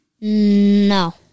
No